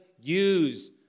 use